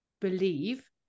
believe